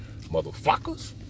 motherfuckers